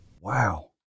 wow